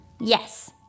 Yes